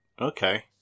Okay